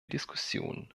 diskussion